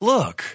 Look